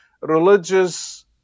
religious